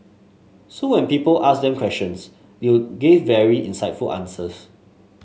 so when people asked them questions they'll gave very insightful answers